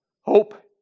Hope